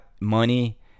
money